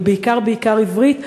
אבל בעיקר בעיקר עברית,